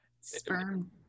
sperm